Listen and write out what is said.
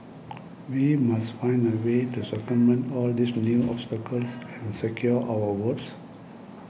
we must find a way to circumvent all these new obstacles and secure our votes